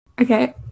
Okay